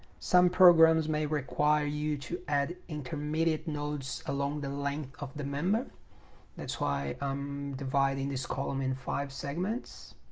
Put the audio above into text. some programs may require you to add intermediate nodes along the length of the member that's why i'm dividing this column in five segments